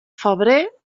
febrer